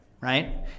right